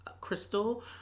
crystal